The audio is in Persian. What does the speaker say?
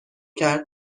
کرد